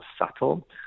subtle